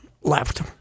left